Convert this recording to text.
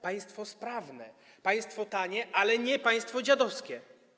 Państwo sprawne, państwo tanie, ale nie państwo dziadowskie.